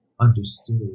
understood